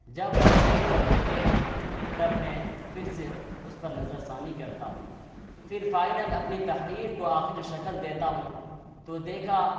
جب وہ چیک کر لیتے ہیں تب میں پھر سے اس پر نظرِ ثانی کرتا ہوں پھر فائنل اپنی تحریر کو آخری شکل دیتا ہوں تو دیکھا